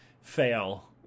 fail